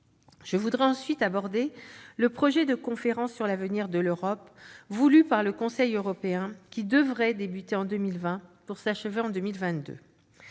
Je voudrais maintenant évoquer le projet de conférence sur l'avenir de l'Europe, voulu par le Conseil européen. Cette conférence devrait débuter en 2020 pour s'achever en 2022.